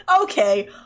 okay